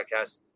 podcast